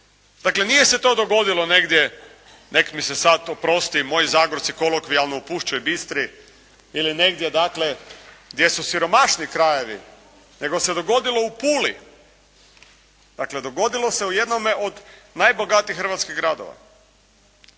Dakle nije se to dogodilo negdje, nek' mi sada oproste moji Zagorci kolokvijalno, u Pušćoj Bistri ili negdje dakle gdje su siromašni krajevi, nego se dogodilo u Puli. Dakle dogodilo se u jednome od najbogatijih hrvatskih gradova.